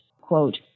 quote